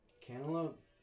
Cantaloupe